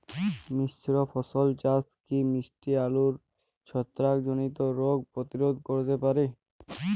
মিশ্র ফসল চাষ কি মিষ্টি আলুর ছত্রাকজনিত রোগ প্রতিরোধ করতে পারে?